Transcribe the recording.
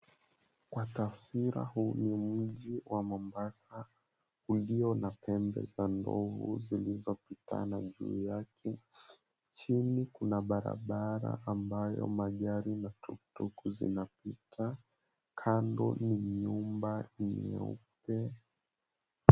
Kwa taswira huu ni mji wa Mombasa ulio na pembe za ndovu zilizopitana juu yake. Chini kuna barabara ambayo magari na tuktuk zinapita. Kando ni nyumba nyeupe.